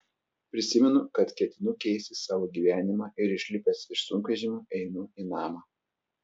prisimenu kad ketinu keisti savo gyvenimą ir išlipęs iš sunkvežimio einu į namą